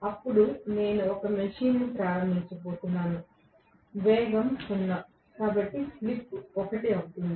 అప్పుడు నేను ఒక మెషిన్ ను ప్రారంభించబోతున్నాను వేగం సున్నా కాబట్టి స్లిప్ ఒకటి అవుతుంది